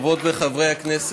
חברות וחברי הכנסת,